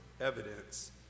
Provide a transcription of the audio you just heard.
evidence